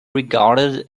regarded